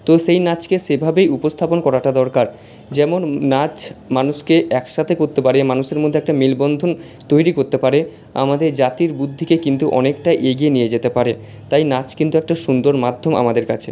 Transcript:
তো সেই নাচকে সেভাবেই উপস্থাপন করাটা দরকার যেমন নাচ মানুষকে একসাথে করতে পারে মানুষের মধ্যে একটা মেলবন্ধন তৈরি করতে পারে আমাদের জাতির বুদ্ধিকে কিন্তু অনেকটা এগিয়ে নিয়ে যেতে পারে তাই নাচ কিন্তু একটা সুন্দর মাধ্যম আমাদের কাছে